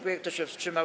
Kto się wstrzymał?